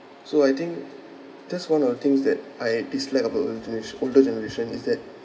so I think that's one of the things that I dislike about older generation older generation is that